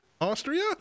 Austria